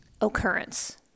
occurrence